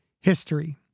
history